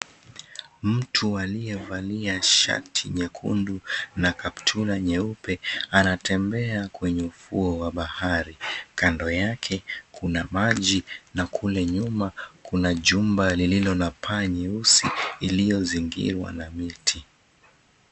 Mtu aliyevalia shati nyekundu na kaptula nyeupe, anatembea kwenye ufuo wa bahari. Kando yake kuna maji, na kule nyuma kuna jumba lililo na paa nyeusi iliyozingirwa na miti.